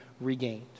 regained